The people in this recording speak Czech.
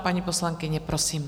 Paní poslankyně, prosím.